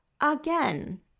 again